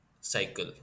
cycle